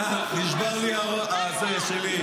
נשבר לי הזה, שלי.